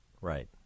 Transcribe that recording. Right